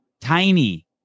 tiny